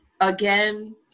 Again